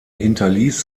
hinterließ